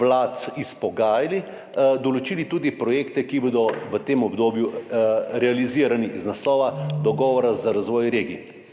vlad izpogajali, določili tudi projekte, ki bodo v tem obdobju realizirani iz naslova Dogovora za razvoj regij.